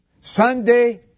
Sunday